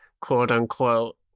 quote-unquote